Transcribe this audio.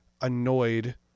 annoyed